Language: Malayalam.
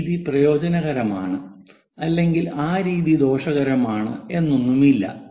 ഈ രീതി പ്രയോജനകരമാണ് അല്ലെങ്കിൽ ആ രീതി ദോഷകരമാണ് എന്നൊന്നും ഇല്ല